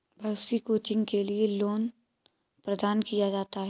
बहुत सी कोचिंग के लिये लोन प्रदान किया जाता है